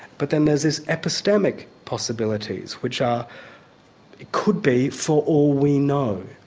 but then there's these epistomic possibilities, which are could be, for all we know.